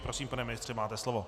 Prosím, pane ministře, máte slovo.